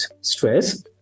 stress